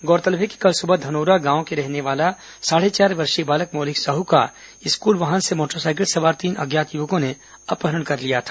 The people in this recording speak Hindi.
गौरतलब है कि कल सुबह धनोरा गांव में रहने वाला साढे चार वर्षीय बालक मौलिक साहू का स्कूल वाहन से मोटरसाइकिल सवार तीन अज्ञात युवकों ने अपहरण कर लिया था